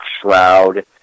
shroud